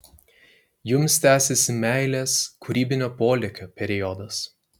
jums tęsiasi meilės kūrybinio polėkio periodas